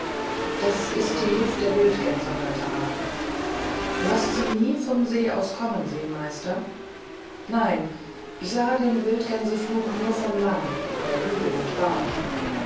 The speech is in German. das ist die luft der wildgänse heute abend du hast sie nie vom see aus kommen sehen meister nein ich sah den wildgänseflug nur vom land über hügel und baum